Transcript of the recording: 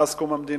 מאז קום המדינה.